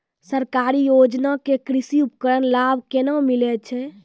सरकारी योजना के कृषि उपकरण लाभ केना मिलै छै?